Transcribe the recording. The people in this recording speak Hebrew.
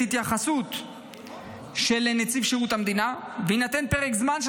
ההתייחסות של נציב שירות המדינה ויינתן פרק זמן של